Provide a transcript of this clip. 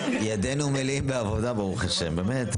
ידינו מלאות בעבודה, ברוך השם, באמת.